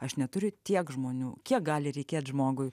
aš neturiu tiek žmonių kiek gali reikėt žmogui